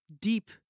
deep